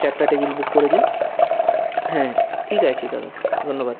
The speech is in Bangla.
চারটা টেবিল বুক করে দিন হ্যাঁ ঠিক আছে দাদা ধন্যবাদ